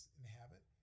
inhabit